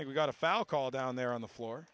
and we got a foul call down there on the floor